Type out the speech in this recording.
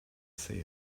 say